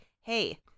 hey